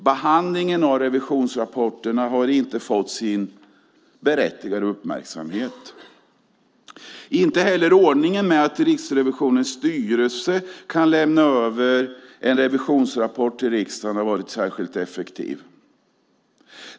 Behandlingen av revisionsrapporterna har inte fått sin berättigade uppmärksamhet. Inte heller ordningen att Riksrevisionens styrelse kan lämna över en revisionsrapport till riksdagen har varit särskilt effektiv.